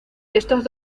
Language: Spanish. estos